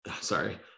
sorry